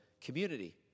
community